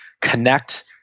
connect